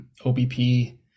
OBP